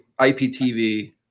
IPTV